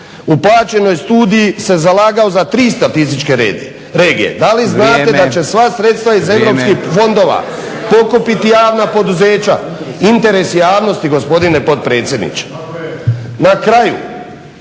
u plaćenoj studiji se zalagao za tri statističke regije? Da li znate da će sva sredstva iz europskih fondova pokupiti javna poduzeća? Interes javnosti gospodine potpredsjedniče. Na kraju,